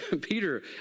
Peter